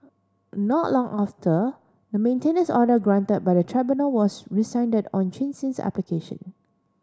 not long after the maintenance order granted by the tribunal was rescinded on Chin Sin's application